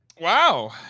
wow